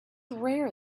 rare